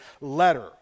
letter